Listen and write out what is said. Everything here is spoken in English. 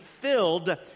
filled